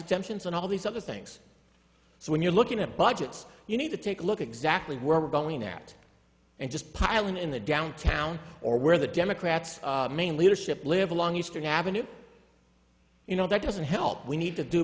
exemptions and all these other things so when you're looking at budgets you need to take a look at exactly who were rebelling there and just piling in the downtown or where the democrats main leadership live along eastern avenue you know that doesn't help we need to do